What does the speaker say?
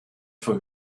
für